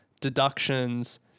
deductions